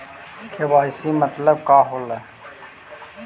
KYC मतलब का होव हइ?